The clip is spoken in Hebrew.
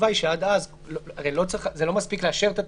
זה לא מספיק לאשר את התקנות,